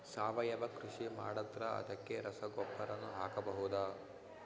ಸಾವಯವ ಕೃಷಿ ಮಾಡದ್ರ ಅದಕ್ಕೆ ರಸಗೊಬ್ಬರನು ಹಾಕಬಹುದಾ?